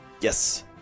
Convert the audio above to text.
Yes